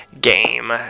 game